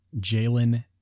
Jalen